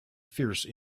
fierce